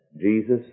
Jesus